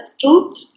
truth